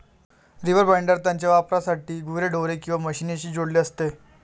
reaper binder त्याच्या वापरासाठी गुरेढोरे किंवा मशीनशी जोडलेले असते